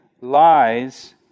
lies